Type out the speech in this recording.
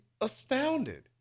astounded